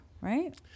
right